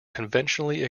conventionally